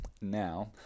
now